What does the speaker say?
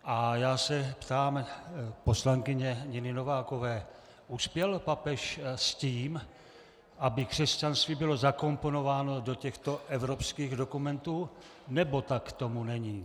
A já se ptám poslankyně Niny Novákové uspěl papež s tím, aby křesťanství bylo zakomponováno do těchto evropských dokumentů, nebo tomu tak není?